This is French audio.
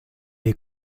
est